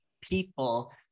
people